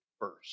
first